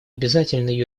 обязательной